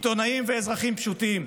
עיתונאים ואזרחים פשוטים".